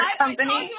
company